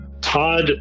Todd